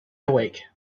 awake